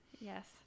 Yes